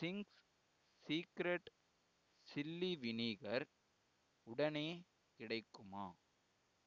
Ching's secret chilli vinegar உடனே கிடைக்குமா